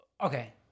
okay